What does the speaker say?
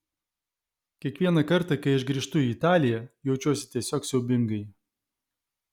kiekvieną kartą kai aš grįžtu į italiją jaučiuosi tiesiog siaubingai